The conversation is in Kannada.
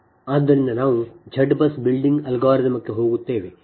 ಆದ್ದರಿಂದ ನಾವು Z BUS ಬಿಲ್ಡಿಂಗ್ ಅಲ್ಗಾರಿದಮ್ಗೆ ಹೋಗುತ್ತೇವೆ